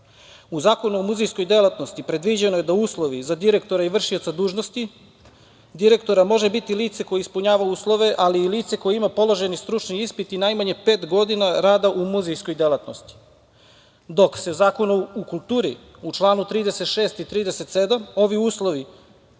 U Zakonu o muzejskoj delatnosti predviđeno da uslovi za direktora i vršioca dužnosti direktora može biti lice koje ispunjava uslove, ali i lice koje ima položen stručni ispit i najmanje pet godina rada u muzejskoj delatnosti, dok su Zakonom o kulturi u članu 36. i 37. ovi uslovi